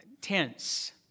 tense